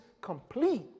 complete